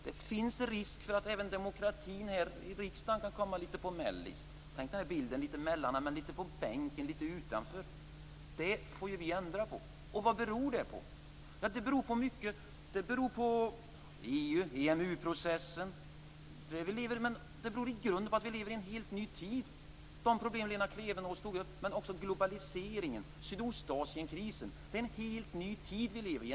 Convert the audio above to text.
Det finns en risk för att även demokratin här i riksdagen kan komma litet på "mellis", litet emellan, litet på bänken, litet utanför. Det får vi ändra på. Vad beror det här på? Ja, det beror till delar på EU och EMU processen. Men i grunden beror det på att vi lever i en helt ny tid. Vi har de problem Lena Klevenås tog upp, men också globaliseringen och Sydostasienkrisen - det är en helt ny tid vi lever i.